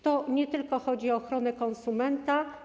To nie tylko chodzi o ochronę konsumenta.